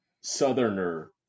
Southerner